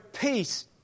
peace